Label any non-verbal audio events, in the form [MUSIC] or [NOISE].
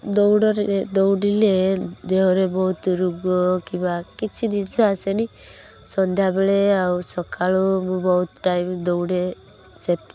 ଦୌଡ଼ରେ ଦୌଡ଼ିଲେ ଦେହରେ ବହୁତ ରୋଗ କିବା କିଛି ଜିନିଷ ଆସେନି ସନ୍ଧ୍ୟାବେଳେ ଆଉ ସକାଳୁ [UNINTELLIGIBLE] ବହୁତ ଟାଇମ୍ ଦୌଡ଼େ [UNINTELLIGIBLE]